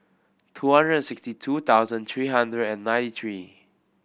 two hundred and sixty two thousand three hundred and ninety three